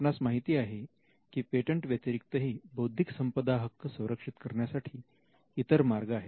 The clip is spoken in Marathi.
आपणास माहिती आहे की पेटंट व्यतिरिक्तही बौद्धिक संपदा हक्क संरक्षित करण्यासाठी इतर मार्ग आहेत